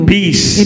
Peace